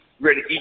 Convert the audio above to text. Ready